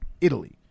Italy